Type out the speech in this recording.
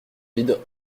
vide